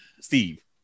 Steve